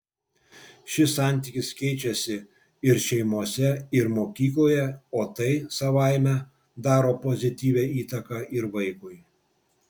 šis santykis keičiasi ir šeimose ir mokykloje o tai savaime daro pozityvią įtaką ir vaikui